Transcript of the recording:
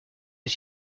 des